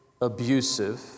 abusive